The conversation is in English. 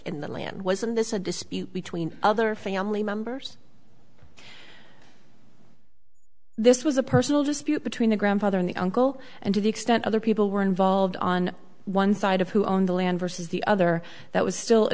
in the land was in this a dispute between other family members this was a personal dispute between the grandfather in the uncle and to the extent other people were involved on one side of who owned the land versus the other that was still a